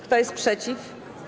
Kto jest przeciw?